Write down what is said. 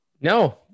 No